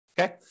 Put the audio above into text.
Okay